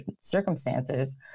circumstances